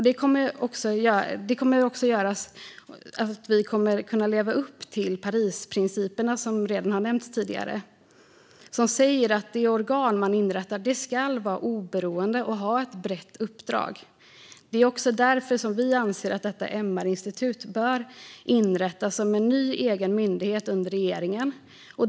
Det kommer också att göra att vi kommer kunna leva upp till Parisprinciperna, som redan har nämnts tidigare, som säger att det organ man inrättar ska vara oberoende och ha ett brett uppdrag. Det är också därför som vi anser att detta MR-institut bör inrättas som en ny, egen myndighet under regeringen.